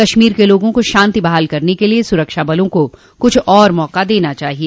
कश्मीर के लोगो को शांति बहाल करने के लिए सुरक्षा बलों को कुछ और मौका देना चाहिए